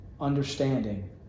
understanding